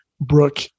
Brooke